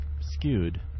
skewed